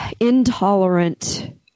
intolerant